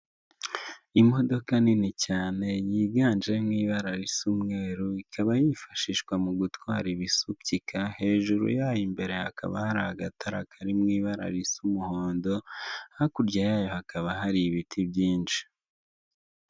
Imodoka nini cyane yiganjemo ibara risa umweru ikaba yifashishwa mu gutwara ibisukika hejuru yayo imbere hakaba hari agatara kari mu ibara risa umuhondo hakurya yayo hakaba hari ibiti byinshi.